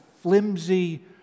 flimsy